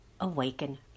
awaken